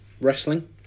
wrestling